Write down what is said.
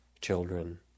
children